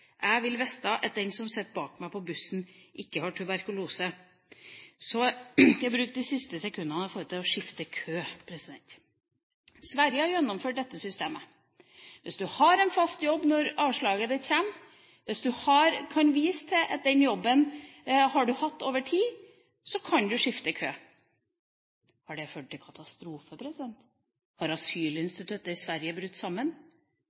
Jeg vil vite at den som sitter bak meg på bussen, ikke har tuberkulose. Så skal jeg bruke de siste sekundene på det å skifte kø. Sverige har gjennomført dette systemet. Hvis man har en fast jobb når avslaget kommer, og hvis man kan vise til at den jobben har man hatt over tid, så kan man skifte kø. Har det ført til katastrofe? Har asylinstituttet i Sverige brutt sammen?